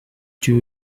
two